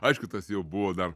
aišku tas jau buvo dar